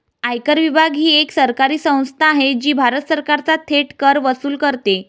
आयकर विभाग ही एक सरकारी संस्था आहे जी भारत सरकारचा थेट कर वसूल करते